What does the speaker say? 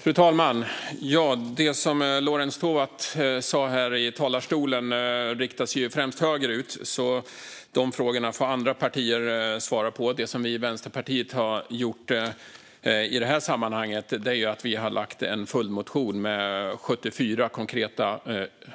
Fru talman! Det som Lorentz Tovatt sa i talarstolen riktar sig främst högerut, så de frågorna får andra partier svara på. Det som vi i Vänsterpartiet har gjort i det här sammanhanget är att väcka en följdmotion med 74 konkreta